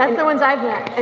um the ones i've met.